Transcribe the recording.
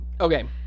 Okay